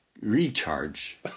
recharge